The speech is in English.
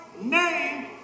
name